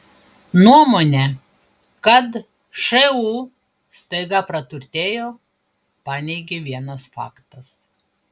nuomonę kad šu staiga praturtėjo paneigė vienas faktas